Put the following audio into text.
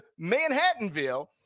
Manhattanville